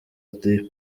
the